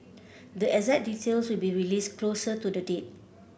the exact details will be released closer to the date